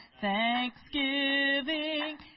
thanksgiving